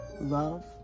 Love